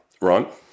right